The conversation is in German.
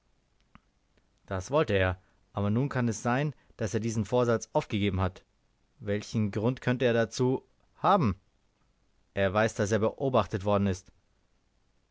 das wollte er aber nun kann es sein daß er diesen vorsatz aufgegeben hat welchen grund könnte er dazu haben er weiß daß er beobachtet worden ist